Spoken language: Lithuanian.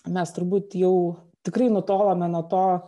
mes turbūt jau tikrai nutolome nuo to